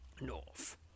north